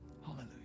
Hallelujah